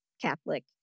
catholic